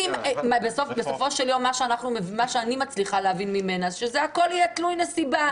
בסופו של יום הכול יהיה תלוי נסיבה.